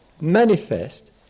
manifest